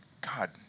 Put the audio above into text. God